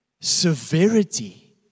severity